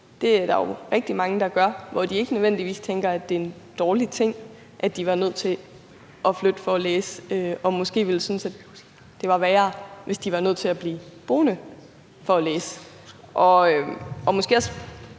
Det er der jo rigtig mange der gør. De tænker måske ikke nødvendigvis, at det er en dårlig ting, at de var nødt til at flytte for at læse, og de ville måske synes, at det var værre, hvis de var nødt til at blive boende for at læse. Der er måske også